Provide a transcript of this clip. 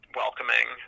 welcoming